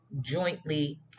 jointly